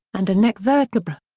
and a neck vertebra.